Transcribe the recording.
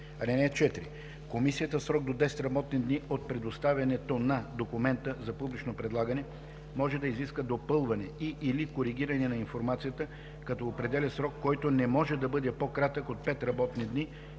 на комисията. (4) Комисията в срок до 10 работни дни от предоставянето на документа за публично предлагане може да изисква допълване и/или коригиране на информацията, като определя срок, който не може да бъде по-кратък от 5 работни дни